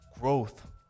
growth